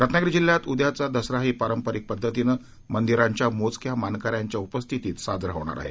रत्नागिरी जिल्ह्यात उद्याचा दसराही पारंपरिक पद्धतीनं मंदिराच्या मोजक्या मानकऱ्यांच्या उपस्थितीत साजरा होणार आहे